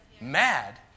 mad